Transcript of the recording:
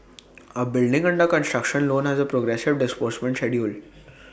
A building under construction loan has A progressive disbursement schedule